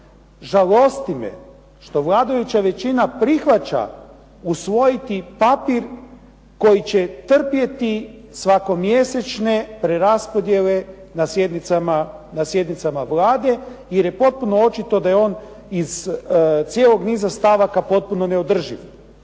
Žalosti me što vladajuća većina prihvaća usvojiti papir koji će trpjeti svakomjesečne preraspodjele na sjednicama Vlade jer je potpuno očito da je on iz cijelog niza stavaka potpuno neodrživ.